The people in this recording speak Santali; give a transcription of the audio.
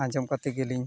ᱟᱸᱡᱚᱢ ᱠᱟᱛᱮᱜᱮᱞᱤᱝ